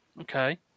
Okay